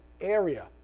area